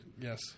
Yes